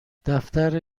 دفتر